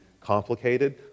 complicated